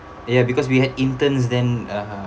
ya because we had interns then (uh huh)